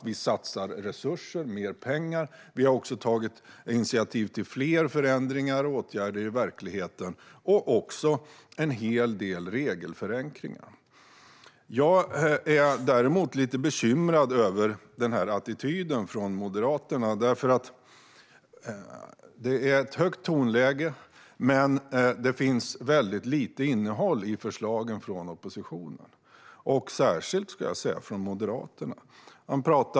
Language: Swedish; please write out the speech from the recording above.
Vi har satsat mer pengar, och vi har tagit initiativ till flera förändringar, åtgärder och regelförenklingar. Jag är lite bekymrad över Moderaternas attityd. Tonläget är högt, men det är väldigt lite innehåll i förslagen från oppositionen, särskilt från Moderaterna.